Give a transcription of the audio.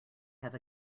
have